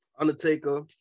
Undertaker